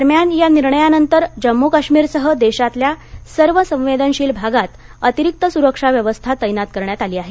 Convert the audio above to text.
दरम्यान या निर्णयानंतर जम्मू काश्मीरसह देशातल्या सर्व संवेदनशील भागात अतिरिक्त सुरक्षा व्यवस्था तैनात करण्यात आली आहे